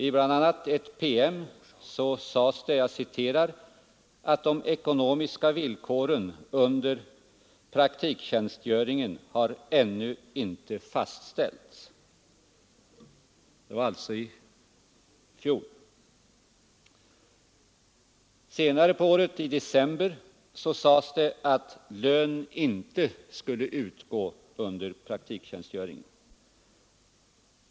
I bl.a. en PM sades det: De ekonomiska villkoren under praktiktjänstgöring har ännu inte fastställts. Det var alltså i fjol. Senare på året, i december, sades det att lön inte skulle utgå under praktiktjänstgöringen.